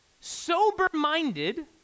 sober-minded